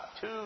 Two